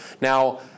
Now